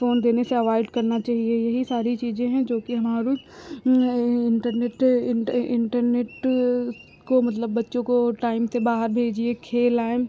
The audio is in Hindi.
फ़ोन देने से अवॉइड करना चाहिए यही सारी चीज़ें हैं जोकि हमारी ई इन्टरनेट इन्टरनेट को मतलब बच्चों को टाइम से बाहर भेजिए खेल आएँ